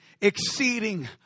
exceeding